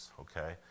okay